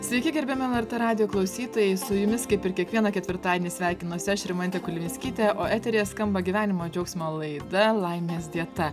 sveiki gerbiami lrt radijo klausytojai su jumis kaip ir kiekvieną ketvirtadienį sveikinuosi aš rimantė kulvinskytė o eteryje skamba gyvenimo džiaugsmo laida laimės dieta